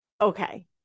Okay